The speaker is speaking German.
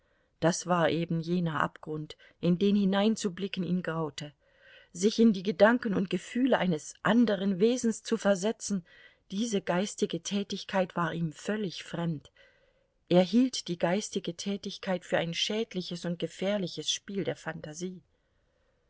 das war eben jener abgrund in den hineinzublicken ihn graute sich in die gedanken und gefühle eines anderen wesens zu versetzen diese geistige tätigkeit war ihm völlig fremd er hielt die geistige tätigkeit für ein schädliches und gefährliches spiel der phantasie